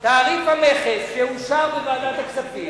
תעריף המכס שאושר בוועדת הכספים,